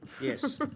yes